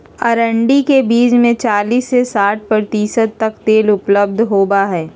अरंडी के बीज में चालीस से साठ प्रतिशत तक तेल उपलब्ध होबा हई